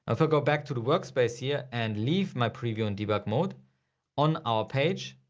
ah if we'll go back to the workspace here and leave my preview and debug mode on our page.